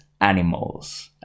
Animals